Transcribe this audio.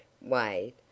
Wave